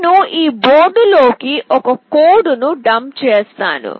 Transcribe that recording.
నేను ఈ బోర్డులోకి ఒక కోడ్ను డంప్ చేస్తాను